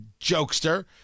jokester